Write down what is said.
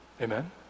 amen